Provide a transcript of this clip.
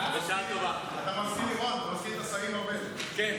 ההצעה להעביר את הצעת חוק שוויון ההזדמנויות בעבודה (תיקון,